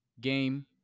Game